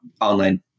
online